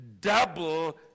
double